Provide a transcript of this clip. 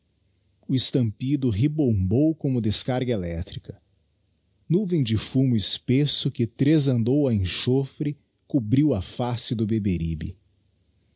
o estampido ribombou como descarga eléctrica nuvem de fumo espesso que tresandou a enxofre cobriu a face do beberibe